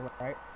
right